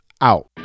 out